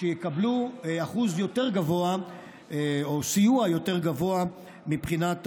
שיקבלו אחוז יותר גבוה או סיוע יותר גבוה מבחינת